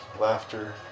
laughter